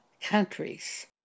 countries